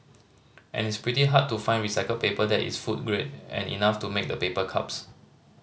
and it's pretty hard to find recycled paper that is food grade and enough to make the paper cups